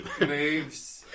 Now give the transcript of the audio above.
moves